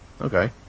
Okay